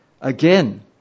again